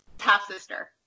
half-sister